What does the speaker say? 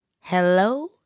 hello